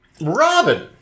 Robin